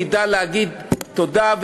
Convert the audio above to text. נדע להגיד תודה,